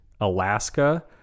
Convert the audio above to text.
Alaska